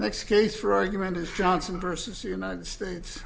next case for argument is johnson versus united states